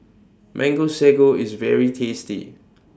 Mango Sago IS very tasty